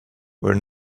were